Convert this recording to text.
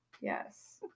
Yes